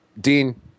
Dean